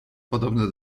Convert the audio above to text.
podobne